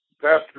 Pastor